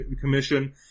commission